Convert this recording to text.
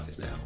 now